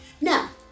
Now